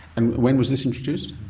and when was this introduced?